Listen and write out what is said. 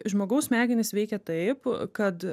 žmogaus smegenys veikia taip kad